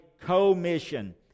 co-mission